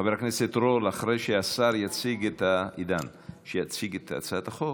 חבר הכנסת רול, אחרי שהשר יציג את הצעת החוק,